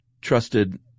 trusted